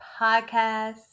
podcast